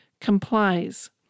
complies